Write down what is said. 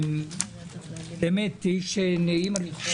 באמת איש נעים הליכות,